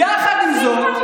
יחד עם זאת,